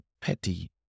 petty